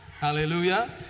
Hallelujah